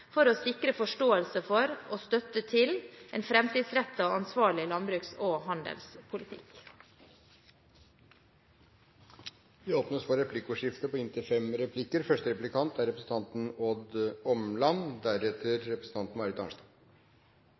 for å sikre forståelse for og støtte til en framtidsrettet og ansvarlig landbruks- og handelspolitikk. Det åpnes for replikkordskifte.